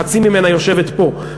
חצי ממנה יושב פה,